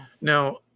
Now